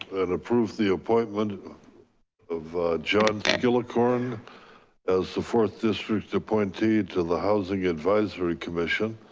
and approve the appointment of john gillicorn as the fourth district appointee to the housing advisory commission.